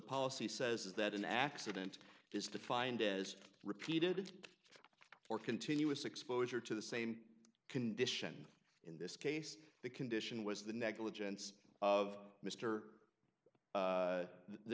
policy says is that an accident is defined as repeated or continuous exposure to the same condition in this case the condition was the negligence of m